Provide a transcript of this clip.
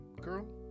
girl